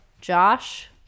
Josh